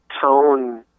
tone